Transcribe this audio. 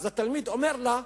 אז התלמיד אומר לה: